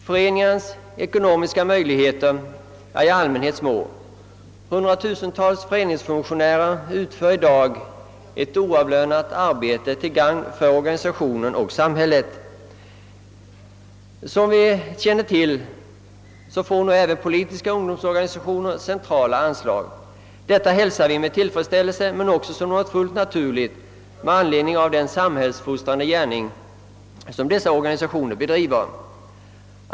Föreningarnas ekonomiska möjligheter är i allmänhet små. Hundratusentals föreningsfunktionärer utför för närvarande ett oavlönat arbete till gagn för organisation och samhälle. Som vi känner till utgår numera centrala anslag även till politiska ungdomsorganisationer. Detta hälsar vi med tillfredsställelse men också som något fullt naturligt med anledning av den samhällsfostrande gärning som dessa organisationer bedriver.